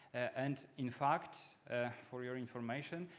and in fact for your information,